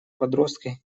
подростка